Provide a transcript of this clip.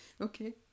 Okay